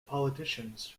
politicians